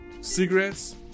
cigarettes